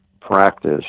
practice